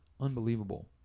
unbelievable